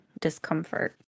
discomfort